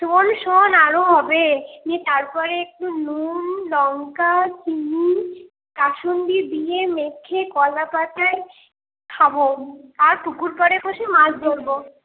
শোন শোন আরও হবে নিয়ে তারপরে একটু নুন লঙ্কা চিনি কাশুন্দি দিয়ে মেখে কলাপাতায় খাবো আর পুকুর পারে বসে মাছ ধরবো